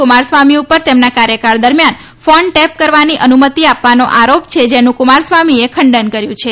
કુમારસ્વામી ઉપર તેમના કાર્યકાળ દરમિયાન ફોન ટેપ કરવાની અનુમતી આપવાનો આરોપ છે જેનું કુમારસ્વામીએ ખંડન કર્યું છે